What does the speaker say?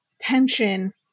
tension